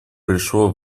пришло